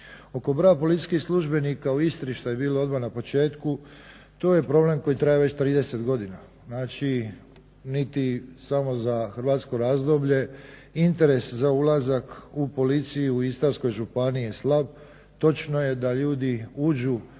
Oko broja policijskih službenika u Istri što je bilo odmah na početku to je problem koji traje već 30 godina. Znači niti samo za hrvatsko razdoblje interes za ulazak u policiju u Istarskoj županiji je slab. Točno je da ljudi uđu